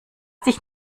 dich